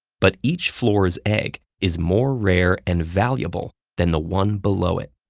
but each floor's egg is more rare and valuable than the one below it.